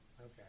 Okay